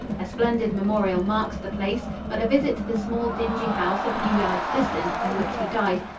a splendid memorial marks the place, but a visit to the small dingy house a few yards distant, in which he died,